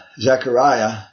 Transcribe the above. Zechariah